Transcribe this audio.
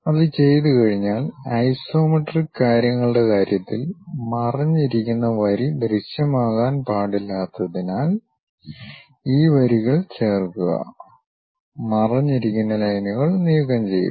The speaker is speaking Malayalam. അത് ചെയ്തു കഴിഞ്ഞാൽ ഐസോമെട്രിക് കാര്യങ്ങളുടെ കാര്യത്തിൽ മറഞ്ഞിരിക്കുന്ന വരി ദൃശ്യമാകാൻ പാടില്ലാത്തതിനാൽ ഈ വരികൾ ചേർക്കുകമറഞ്ഞിരിക്കുന്ന ലൈനുകൾ നീക്കം ചെയ്യുക